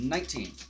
Nineteen